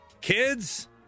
kids